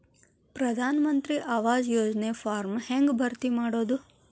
ಪ್ರಧಾನ ಮಂತ್ರಿ ಆವಾಸ್ ಯೋಜನಿ ಫಾರ್ಮ್ ಹೆಂಗ್ ಭರ್ತಿ ಮಾಡೋದು?